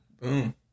Boom